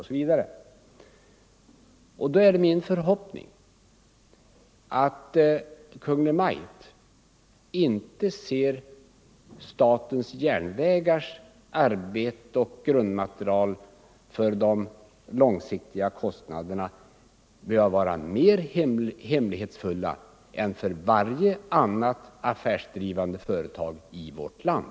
Då är det min förhoppning att Kungl. Maj:t inte betraktar statens järnvägars kalkyler och grundmaterial när det gäller de långsiktiga kostnaderna som mer hemlighetsfulla än motsvarande handlingar i varje annat affärsdrivande företag i vårt land.